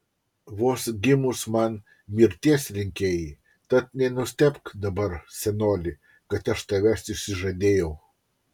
vos gimus man mirties linkėjai tad nenustebk dabar senoli kad aš tavęs išsižadėjau